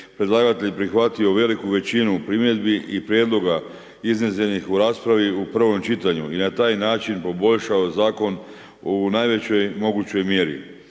predlagatelj prihvatio veliku većinu primjedbi i prijedloga iznesenih u raspravi u prvom čitanju i na taj način poboljšao zakonu u najvećoj mogućoj mjeri.